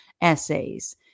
essays